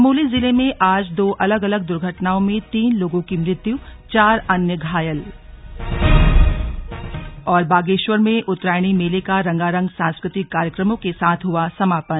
चमोली जिले में आज दो अलग अलग दुर्घटनाओं में तीन लोगों की मृत्यु चार अन्य घायल बागेश्वर में उत्तरायणी मेले का रंगारंग सांस्कृतिक कार्यक्रमों के साथ हुआ समापन